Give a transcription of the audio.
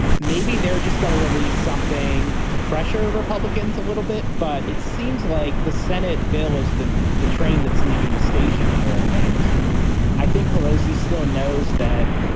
maybe they're just going to release something to pressure republicans a little bit but it seems like the senate bill is the the train that's leaving the station here. and i think pelosi still knows that.